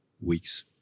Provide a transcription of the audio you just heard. weeks